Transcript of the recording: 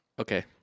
okay